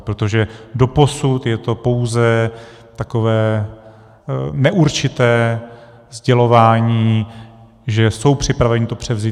Protože doposud je to pouze takové neurčité sdělování, že jsou připraveni to převzít.